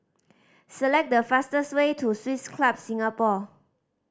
select the fastest way to Swiss Club Singapore